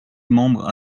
membres